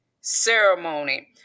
ceremony